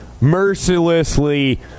mercilessly